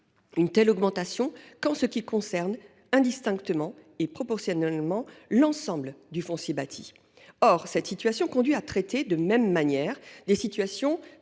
une telle augmentation qu’en ce qui concerne indistinctement et proportionnellement l’ensemble du foncier bâti. Or cette situation conduit à traiter de la même manière des situations